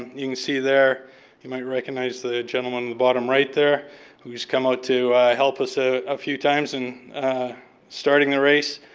you can see there you might recognize the gentleman in the bottom right who has come out to help us a few times. and starting the race.